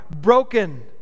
broken